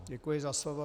Děkuji za slovo.